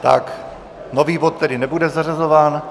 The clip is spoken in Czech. Tak, nový bod tedy nebude zařazován.